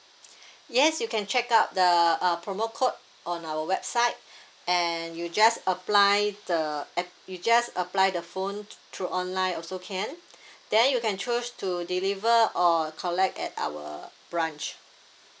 yes you can check out the uh promo code on our website and you just apply the app~ you just apply the phone through online also can then you can chose to deliver or collect at our branch